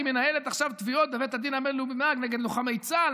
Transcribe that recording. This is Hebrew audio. היא מנהלת עכשיו תביעות בבית הדין הבין-לאומי בהאג נגד לוחמי צה"ל,